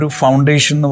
foundation